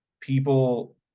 people